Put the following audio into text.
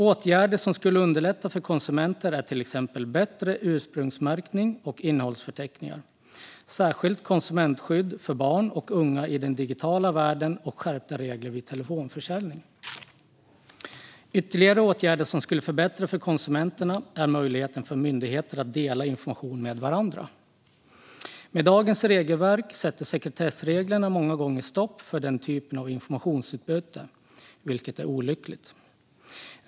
Åtgärder som skulle underlätta för konsumenter är till exempel bättre ursprungsmärkning och innehållsförteckningar, särskilt konsumentskydd för barn och unga i den digitala världen och skärpta regler vid telefonförsäljning. Ytterligare åtgärder som skulle förbättra för konsumenterna är möjligheten för myndigheter att dela information med varandra. Med dagens regelverk sätter sekretessreglerna många gånger stopp för den typen av informationsutbyte, vilket är olyckligt.